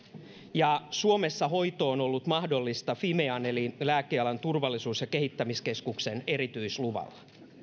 suomessa hoito on ollut mahdollista fimean eli lääkealan turvallisuus ja kehittämiskeskuksen erityisluvalla